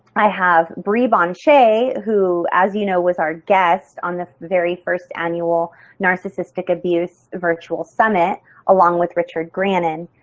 i have bree bonchay, who as you know was our guest on the very first annual narcissistic abuse virtual summit along with richard grannon,